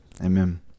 amen